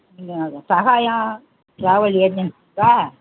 நீங்கள் சகாயம் ட்ராவல் ஏஜென்சீஸ்ஸா